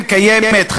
עכשיו,